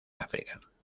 áfrica